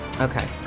Okay